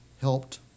helped